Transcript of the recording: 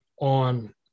on